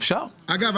אגב,